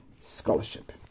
scholarship